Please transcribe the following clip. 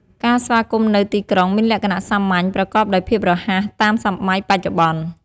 ការស្វាគមន៍នៅទីក្រុងមានលក្ខណៈសាមញ្ញ ប្រកបដោយភាពរហ័ស តាមសម័យបច្ចុប្បន្ន។